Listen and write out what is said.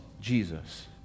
Jesus